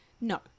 no